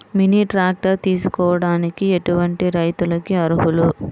Mini tractor తీసుకోవడానికి ఎటువంటి రైతులకి అర్హులు?